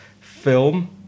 film